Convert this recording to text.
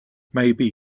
maybe